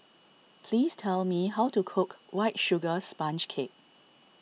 please tell me how to cook White Sugar Sponge Cake